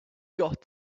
got